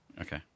Okay